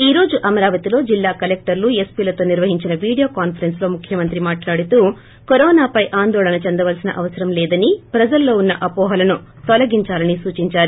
ఈ రోజు అమరావతిలో జిల్లా కలెక్టర్లు ఎస్పీలతో నిర్వహించిన వీడియో కాన్పరెస్ప్ లో ముఖ్యమంత్రి మాట్లాడుతూ కరోనా పై ఆందోళన చెందవలసిన అవసరం లేదని ప్రజల్లో ఉన్న అపోహలను తొలగించిలాని సూచించారు